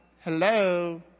Hello